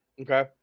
Okay